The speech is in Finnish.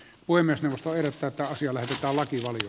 voimme sivustoilta taisi olleista laki oli